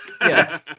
yes